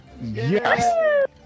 Yes